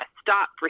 stop